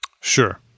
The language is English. Sure